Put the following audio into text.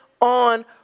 on